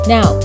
Now